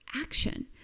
action